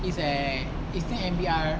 is at is near M_B_R